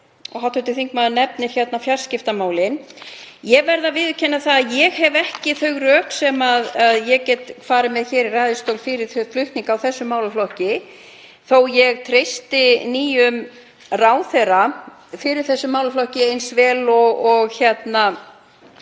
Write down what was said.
Hv. þingmaður nefnir fjarskiptamálin. Ég verð að viðurkenna að ég hef ekki þau rök sem ég get farið með hér í ræðustól fyrir flutningi á þessum málaflokki þó að ég treysti nýjum ráðherra fyrir málaflokknum eins vel og mínum